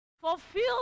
fulfill